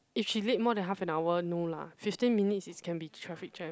if she late more than half and hour no lah fifteen minutes is can be traffic jam